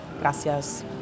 Gracias